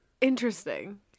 interesting